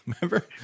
Remember